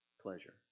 pleasure